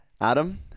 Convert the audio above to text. Adam